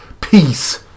Peace